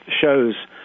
shows